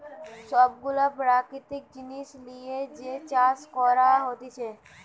সব গুলা প্রাকৃতিক জিনিস লিয়ে যে চাষ করা হতিছে